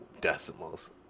decimals